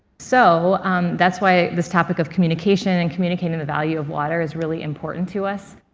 so that's why this topic of communication and communicating the value of water is really important to us.